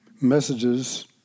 messages